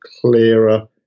clearer